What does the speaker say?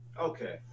okay